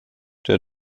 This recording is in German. der